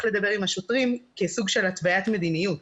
לדבר עם השוטרים כסוג של התוויית מדיניות.